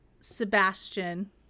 Sebastian